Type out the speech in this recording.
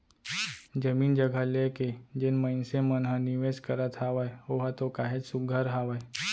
जमीन जघा लेके जेन मनसे मन ह निवेस करत हावय ओहा तो काहेच सुग्घर हावय